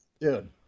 dude